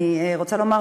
אני נהניתי מכל